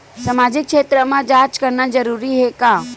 सामाजिक क्षेत्र म जांच करना जरूरी हे का?